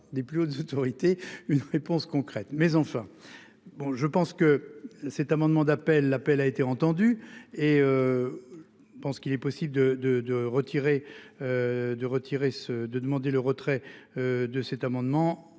des plus hautes autorités une réponse concrète mais enfin bon je pense que cet amendement d'appel l'appel a été entendu et. Parce qu'il est possible de de de retirer. De retirer ce